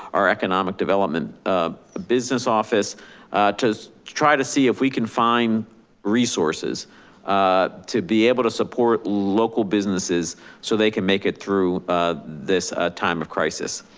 our economic development ah business office to try to see if we can find resources ah to be able to support local businesses so they can make it through this time of crisis.